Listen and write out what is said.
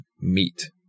meet